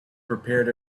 prepared